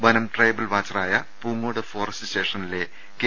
വനം ട്രൈബൽ വാച്ചറായ പൂങ്ങോട് ഫോറസ്റ്റ് സ്റ്റേഷനിലെ കെ